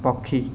ପକ୍ଷୀ